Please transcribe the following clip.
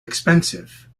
expensive